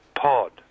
pod